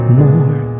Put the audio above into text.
more